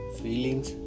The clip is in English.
feelings